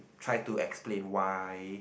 try to explain why